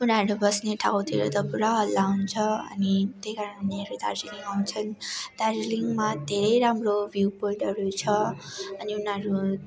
उनीहरू बस्ने ठाँउतिर त पुरा हल्ला हुन्छ अनि त्यही कारण उनीहरू दार्जिलिङ अउँछन् दार्जिलिङमा धेरै राम्रो भ्यु पोईन्टहरू छ अनि उनीहरू